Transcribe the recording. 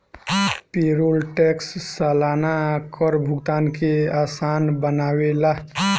payroll tax सलाना कर भुगतान के आसान बनावेला